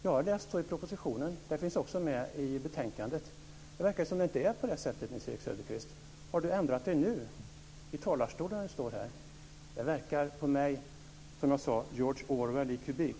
Jag har läst det i propositionen. Det finns också med i betänkandet. Det verkar som om det inte är på det sättet. Har Nils-Erik Söderqvist ändrat sig nu när han står i talarstolen? Det verkar för mig, som jag sade, vara George Orwell i kubik.